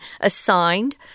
assigned